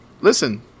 listen